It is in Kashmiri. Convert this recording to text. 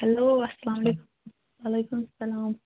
ہیٚلو اسلام علیکُم وعلیکُم سلام